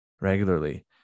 regularly